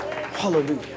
Hallelujah